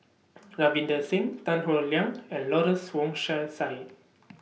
Ravinder Singh Tan Howe Liang and Lawrence Wong Shyun Tsai